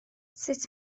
sut